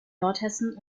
nordhessen